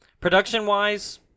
Production-wise